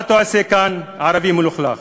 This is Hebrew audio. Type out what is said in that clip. מה אתה עושה כאן, ערבי מלוכלך?